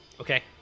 Okay